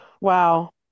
Wow